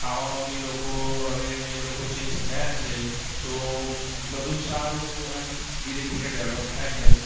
ખાવામાં બી એ લોકો હવે એ લોકો ચેન્જ થયા છે તો બધું સારું એમ ધીરે ધીરે ડેવલપ થાય છે